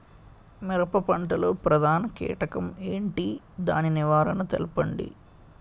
మిరప పంట లో ప్రధాన కీటకం ఏంటి? దాని నివారణ తెలపండి?